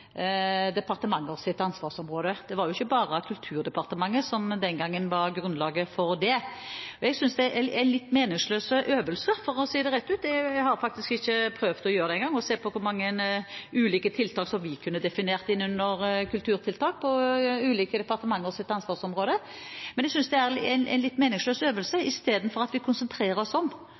ansvarsområde. Det var ikke bare Kulturdepartementet som den gangen var grunnlaget for det. Jeg synes det er en litt meningsløs øvelse, for å si det rett ut. Jeg har faktisk ikke prøvd å gjøre det en gang – å se på hvor mange ulike tiltak vi kunne definert inn under kulturtiltak på ulike departementers ansvarsområder. Men jeg synes det er en litt meningsløs øvelse i stedet for at vi konsentrerer oss om